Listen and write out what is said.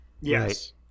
yes